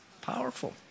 powerful